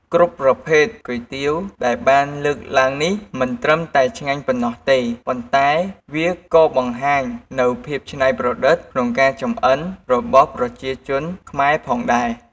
គ្រប់ប្រភេទគុយទាវដែលបានលើកឡើងនេះ មិនត្រឹមតែឆ្ងាញ់ប៉ុណ្ណោះទេ ប៉ុន្តែវាក៏បង្ហាញនូវភាពច្នៃប្រឌិតក្នុងការចម្អិនរបស់ប្រជាជនខ្មែរផងដែរ។